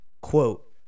Quote